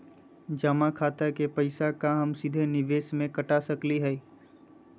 जमा खाता के पैसा का हम सीधे निवेस में कटा सकली हई?